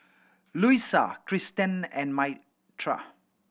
Luisa Christen and Myrta